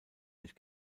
nicht